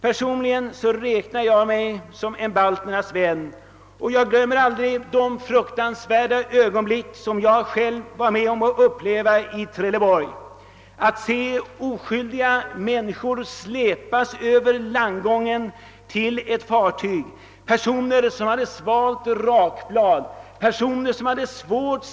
Personligen räknar jag mig som en balternas vän, och jag glömmer aldrig de fruktansvärda ögonblick som jag själv upplevde i Trelleborg, när jag såg oskyldiga människor släpas över landgången till ett fartyg. Det var personer som hade svalt rakblad eller sargat sig svårt.